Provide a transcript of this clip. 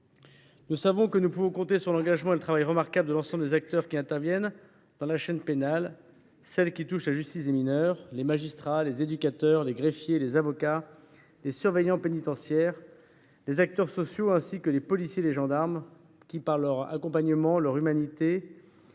Nous savons que nous pouvons compter sur l’engagement et le travail remarquables de l’ensemble des acteurs qui interviennent dans la chaîne pénale relative à la justice des mineurs : les magistrats, les éducateurs, les greffiers, les avocats, les surveillants pénitentiaires, les acteurs sociaux, ainsi que les policiers et les gendarmes, qui, par leur accompagnement et leur humanité,